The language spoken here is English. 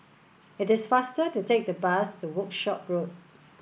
it is faster to take the bus to Workshop Road